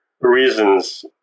reasons